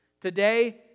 Today